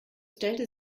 stellte